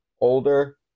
Older